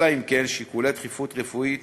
אלא אם כן שיקולי דחיפות רפואית,